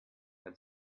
had